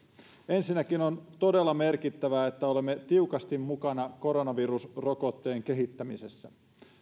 ensinnäkin on todella merkittävää että olemme tiukasti mukana koronavirusrokotteen kehittämisessä